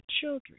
children